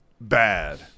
bad